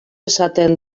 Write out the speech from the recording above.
esaten